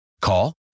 Call